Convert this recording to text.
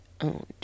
owned